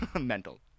mental